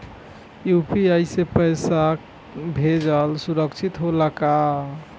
UPI से पैसा भेजल सुरक्षित होला का?